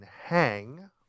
hang